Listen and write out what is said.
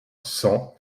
cent